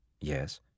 yes